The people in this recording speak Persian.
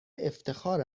افتخار